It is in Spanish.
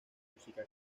música